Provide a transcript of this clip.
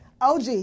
OG